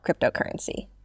cryptocurrency